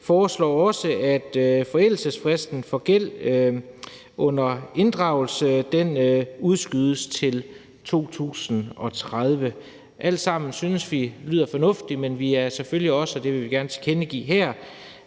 foreslår også, at forældelsesfristen for gæld under inddrivelse udskydes til 2030. Alt sammen synes vi lyder fornuftigt, men vi er selvfølgelig også, og det vil vi gerne tilkendegive her,